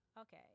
Okay